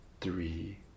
three